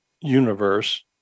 universe